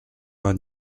vingt